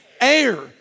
air